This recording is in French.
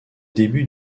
début